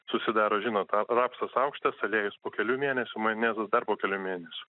susidaro žinot ra rapsas aukštas aliejus po kelių mėnesių majonezas dar po kelių mėnesių